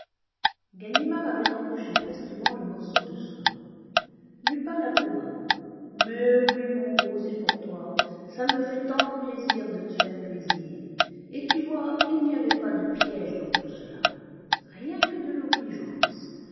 ganimard avait empoché prestement le morceau de soie lupin l'approuva mais oui mon gros c'est pour toi ça me fait tant de plaisir de te faire plaisir et tu vois il n'y avait pas de piège dans tout cela rien que de l'obligeance